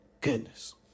Goodness